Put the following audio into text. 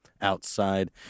outside